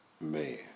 man